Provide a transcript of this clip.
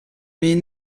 mais